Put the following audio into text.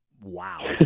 Wow